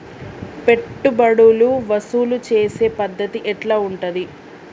పెట్టుబడులు వసూలు చేసే పద్ధతి ఎట్లా ఉంటది?